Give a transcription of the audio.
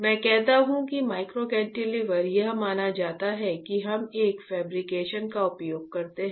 मैं कहता हूं कि माइक्रो कैंटिलीवर यह माना जाता है कि हम एक फैब्रिकेशन का उपयोग करते हैं